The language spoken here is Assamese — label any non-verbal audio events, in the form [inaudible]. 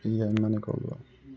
[unintelligible]